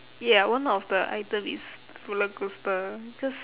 ya one of the athletes rollercoaster cause